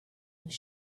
was